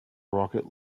rocket